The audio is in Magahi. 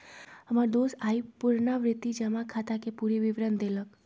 हमर दोस आइ पुरनावृति जमा खताके पूरे विवरण देलक